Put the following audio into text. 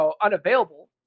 unavailable